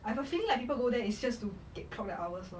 I got feeling like people go there is just to get clocked their hours lor